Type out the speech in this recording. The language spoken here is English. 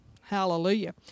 Hallelujah